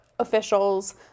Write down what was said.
officials